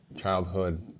childhood